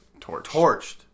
Torched